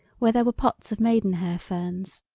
where there were pots of maidenhair ferns.